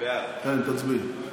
תצביעו.